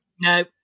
No